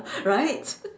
right